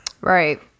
Right